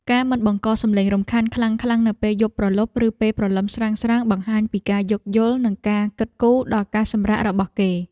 ការមិនបង្កសំឡេងរំខានខ្លាំងៗនៅពេលយប់ព្រលប់ឬពេលព្រលឹមស្រាងៗបង្ហាញពីការយោគយល់និងការគិតគូរដល់ការសម្រាករបស់គេ។